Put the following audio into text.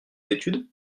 études